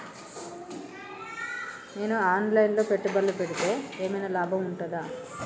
నేను online లో పెట్టుబడులు పెడితే ఏమైనా లాభం ఉంటదా?